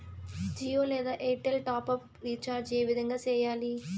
జియో లేదా Airtel top up recharge ఏ విధంగా సేయాలి